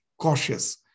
cautious